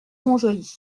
montjoly